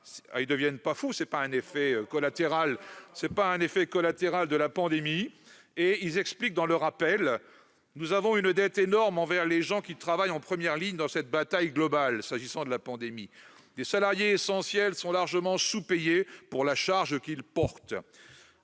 pas devenus fous, ne souffrent pas d'un effet collatéral de la pandémie. Ils expliquent dans leur appel :« Nous avons une dette énorme envers les gens qui travaillent en première ligne dans cette bataille globale. Des salariés essentiels sont largement sous-payés pour la charge qu'ils portent.